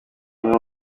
umwe